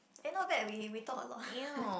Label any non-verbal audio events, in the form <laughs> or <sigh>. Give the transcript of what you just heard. eh not bad we we talk a lot <laughs>